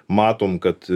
matom kad